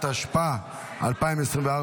התשפ"ה 2024,